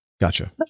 Gotcha